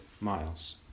miles